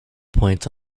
points